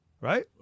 Right